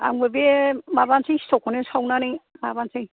आंबो बे माबानोसै सिथावखौनो सावनानै माबानोसै